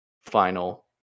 final